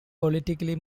politically